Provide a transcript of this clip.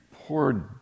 Poor